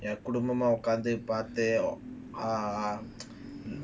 குடும்பமாஉட்கார்ந்துபார்த்து:kudumbama utkarnthu parthu ah